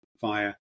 fire